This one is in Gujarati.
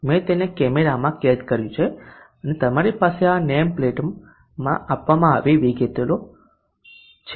મેં તેને કેમેરામાં કેદ કર્યું છે અને તમારી પાસે આ નેમ પ્લેટમાં આપવામાં આવેલી વિગતો છે